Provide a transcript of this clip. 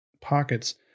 pockets